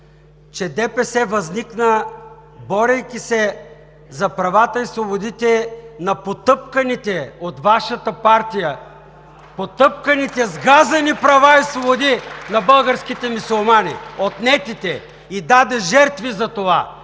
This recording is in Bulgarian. че ДПС възникна, борейки се за правата и свободите на потъпканите от Вашата партия (ръкопляскания от ДПС), потъпканите сгазени права и свободи на българските мюсюлмани, отнетите, и даде жертви за това.